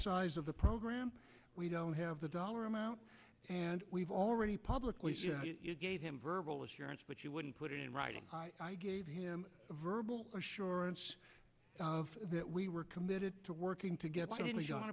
size of the program we don't have the dollar amount and we've already publicly she gave him verbal assurance but she wouldn't put it in writing i gave him verbal assurance of that we were committed to working toget